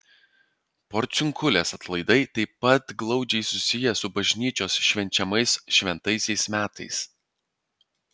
porciunkulės atlaidai taip pat glaudžiai susiję su bažnyčios švenčiamais šventaisiais metais